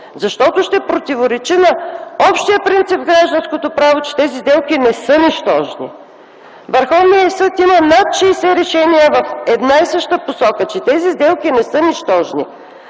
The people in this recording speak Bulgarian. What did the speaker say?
защото ще противоречи на общия принцип в гражданското право, че тези сделки не са нищожни. Върховният съд има над 60 решения в една и съща посока – че тези сделки не са нищожни,